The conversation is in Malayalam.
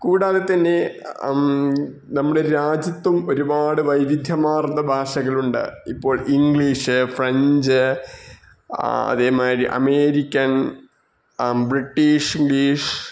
കൂടാതെ തന്നെ നമ്മുടെ രാജ്യത്തും ഒരുപാട് വൈവിധ്യമാർന്ന ഭാഷകളുണ്ട് ഇപ്പോൾ ഇംഗ്ലീഷ് ഫ്രഞ്ച് അതേ മാതിരി അമേരിക്കൻ ബ്രിട്ടീഷ് ഇംഗ്ലീഷ്